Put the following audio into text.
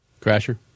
Crasher